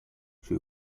sui